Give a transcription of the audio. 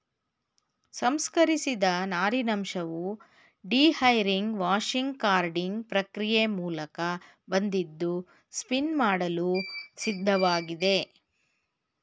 ಸಂಸ್ಕರಿಸಿದ ನಾರಿನಂಶವು dehairing washing carding ಪ್ರಕ್ರಿಯೆ ಮೂಲಕ ಬಂದಿದ್ದು ಸ್ಪಿನ್ ಮಾಡಲು ಸಿದ್ಧವಾಗಿದೆ